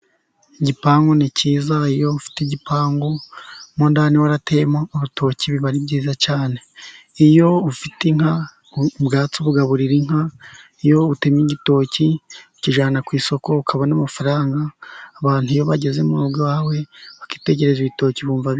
Igipangu ni cyiza, iyo ufite igipangu, mo ndani warateyemo urutoki biba ari byiza cyane. Iyo ufite inka, ubwatsi ubugaburira inka, iyo utemye igitoki ukijyana ku isoko ukabona amafaranga, abantu iyo bagezemo mu rugo iwawe, bakitegereza ibitoki wumva bishimishije.